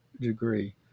degree